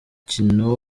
umukino